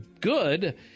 good